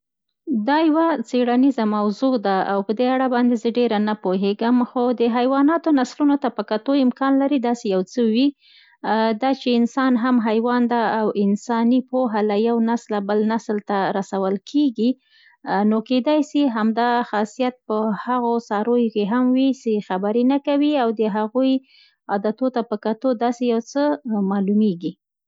دا یوه څېړنیزه موضوع ده او په دې اړه باندې زه ډېره نه پوهېږم، خو د حیواناتو نسلونو ته په کتو امکان لري داسې یو څه وي. دا چې انسان هم حیوان ده او انساني پوهه له یو نسله بل نسل ته رسول کېږي. نو؛ کیدای سي همدا خاصیت په هغوی څارویو کې هم وي، سي خبرې نه کوي او د هغوی عادتو ته په کتو داسې یو څه معلومېږي.